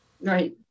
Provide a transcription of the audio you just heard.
Right